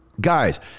guys